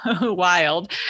wild